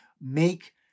make